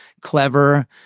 clever